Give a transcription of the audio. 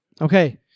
Okay